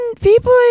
people